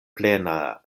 plena